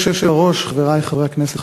חבר הכנסת אברהם מיכאלי.